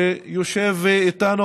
שיושב איתנו